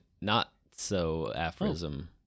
not-so-aphorism